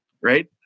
right